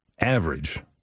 average